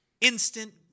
instant